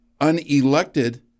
unelected